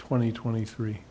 twenty twenty three